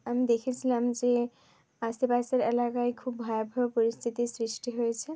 আমি দেখেছিলাম যে আশেপাশের এলাকায় খুব ভয়াবহ পরিস্থিতির সৃষ্টি হয়েছে